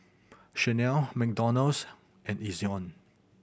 Chanel McDonald's and Ezion